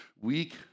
weak